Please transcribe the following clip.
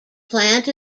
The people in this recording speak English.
plant